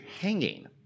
hanging